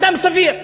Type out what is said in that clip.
אדם סביר.